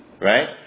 Right